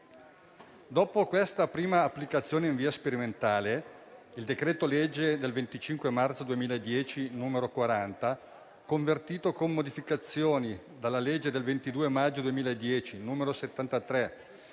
Dopo questa prima applicazione in via sperimentale, il decreto-legge 25 marzo 2010, n. 40, convertito con modificazioni dalla legge 22 maggio 2010, n. 73,